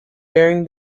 bearing